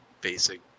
basic